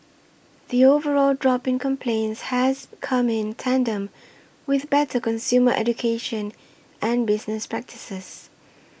the overall drop in complaints has come in tandem with better consumer education and business practices